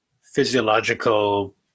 physiological